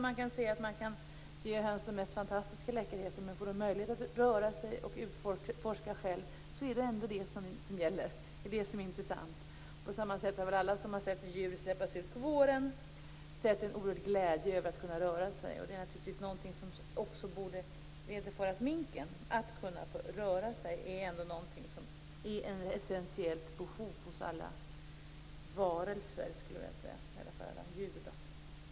Vi kan se att man kan ge höns de mest fantastiska läckerheter, men får de möjlighet att röra sig och utforska själva är det ändå det som är intressant. På samma sätt har väl alla som har sett djur släppas ut på våren sett djurens oerhörda glädje över att kunna röra sig. Det är naturligtvis någonting som också borde vederfaras minken. Att kunna röra sig är ändå ett essentiellt behov hos alla varelser. Det gäller i alla fall alla djur.